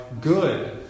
good